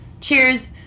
cheers